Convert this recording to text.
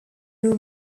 new